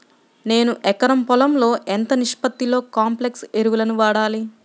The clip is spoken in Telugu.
నేను ఎకరం పొలంలో ఎంత నిష్పత్తిలో కాంప్లెక్స్ ఎరువులను వాడాలి?